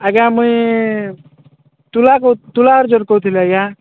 ଆଜ୍ଞା ମୁଇଁ ତୁଳା ତୁଳା ହରିଜନ କହୁଥିଲି ଆଜ୍ଞା